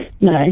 no